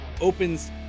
opens